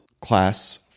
class